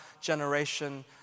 generation